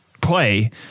play